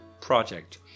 project